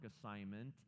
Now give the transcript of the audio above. assignment